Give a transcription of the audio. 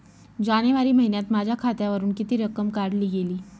जानेवारी महिन्यात माझ्या खात्यावरुन किती रक्कम काढली गेली?